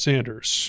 Sanders